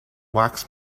wax